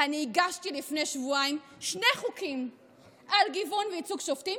אני הגשתי לפני שבועיים שני חוקים על גיוון וייצוג שופטים,